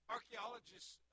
Archaeologists